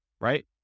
right